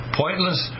pointless